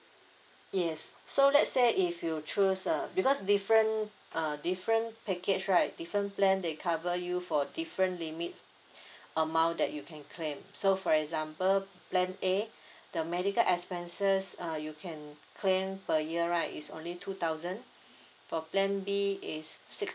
yes so let's say if you choose uh because different uh different package right different plan they cover you for different limit amount that you can claim so for example plan a the medical expenses uh you can claim per year right is only two thousand for plan B is six